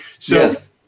Yes